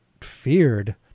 feared